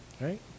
Right